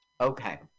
Okay